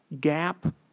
gap